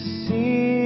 see